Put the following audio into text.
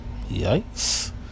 Yikes